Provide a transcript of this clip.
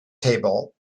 table